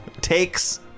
takes